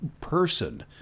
person